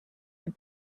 and